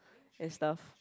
and stuff